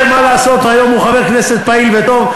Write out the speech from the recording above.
מה לעשות, היום הוא חבר כנסת פעיל וטוב.